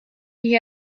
die